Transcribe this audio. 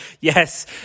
Yes